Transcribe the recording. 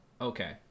okay